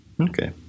okay